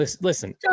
Listen